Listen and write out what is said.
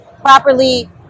properly